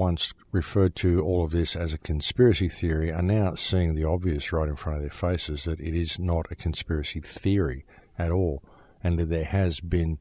once referred to all of this as a conspiracy theory are now seeing the obvious right in front of their faces that it is not a conspiracy theory at all and that they has been